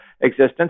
existence